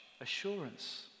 assurance